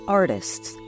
artists